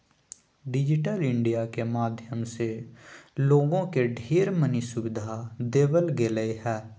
digital India के माध्यम से लोगों के ढेर मनी सुविधा देवल गेलय ह